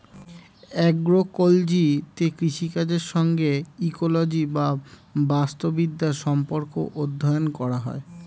অ্যাগ্রোইকোলজিতে কৃষিকাজের সঙ্গে ইকোলজি বা বাস্তুবিদ্যার সম্পর্ক অধ্যয়ন করা হয়